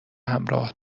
همراه